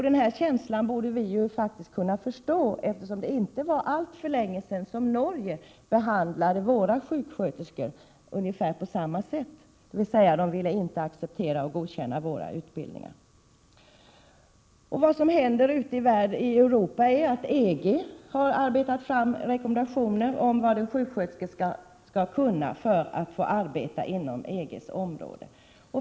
Den här känslan borde vi faktiskt kunna förstå, eftersom det inte var alltför länge sedan som Norge behandlade våra sjuksköterskor på ungefär samma sätt, dvs. man ville inte acceptera och godkänna våra utbildningar. Vad som händer ute i Europa är att EG har arbetat fram rekommendationer om vad en sjuksköterska skall kunna för att få arbeta inom EG:s område.